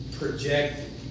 project